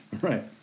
Right